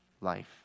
life